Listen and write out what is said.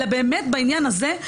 אלא באמת בעניין הזה,